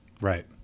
right